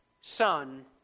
Son